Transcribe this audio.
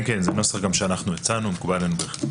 כן, זה גם נוסח שאנחנו הצענו, מקובל עלינו בהחלט.